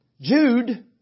Jude